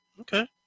Okay